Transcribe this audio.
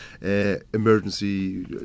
emergency